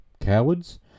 Cowards